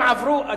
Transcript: זה קשור לפעילות.